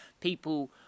people